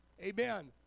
Amen